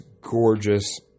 gorgeous